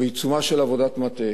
בעיצומה של עבודת מטה